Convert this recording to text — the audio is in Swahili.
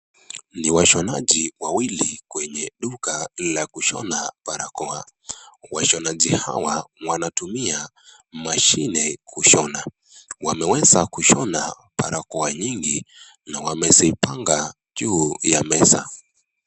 Ni washonaji wawili kwenye duka la kushona barakoa. Washonaji hawa wanatumia mashine kushona. Wameweza kushona barakoa nyingi na wamezipanga juu ya meza.